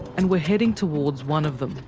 and we're heading towards one of them.